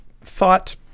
thought